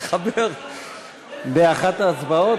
באחת ההצבעות,